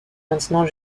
maintenant